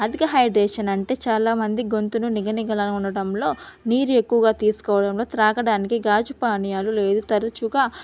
అధిక హైడ్రేషన్ అంటే చాలామంది గొంతును నిగనిగలా ఉండటంలో నీరు ఎక్కువగా తీసుకోవడంలో త్రాగడానికి గాజు పానీయాలు లేదు తరచుగా